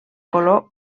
color